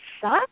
suck